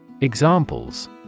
Examples